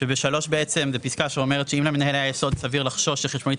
שב-(3) בעצם זו פסקה שאומרת שאם למנהל היה יסוד סביר לחשוש שחשבונית